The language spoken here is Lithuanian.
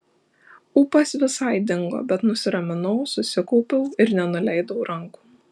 ūpas visai dingo bet nusiraminau susikaupiau ir nenuleidau rankų